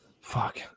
Fuck